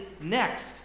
next